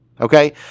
okay